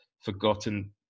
forgotten